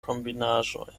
kombinaĵoj